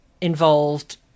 involved